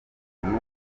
muntu